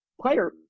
player